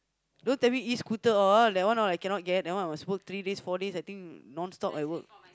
don't tell me E-scooter all that one I cannot get I must work three days four days I think non stop I work